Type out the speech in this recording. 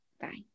Bye